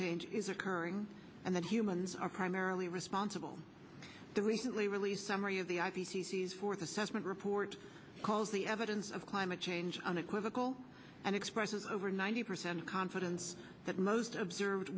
change is occurring and that humans are primarily responsible the recently released summary of the i p c c fourth assessment report calls the evidence of climate change unequivocal and expresses over ninety percent confidence that most observed